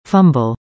Fumble